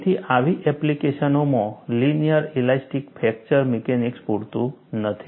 તેથી આવી એપ્લિકેશનોમાં લિનિયર ઇલાસ્ટિક ફ્રેક્ચર મિકેનિક્સ પૂરતું નથી